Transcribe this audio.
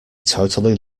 totally